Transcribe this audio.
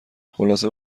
خلاصه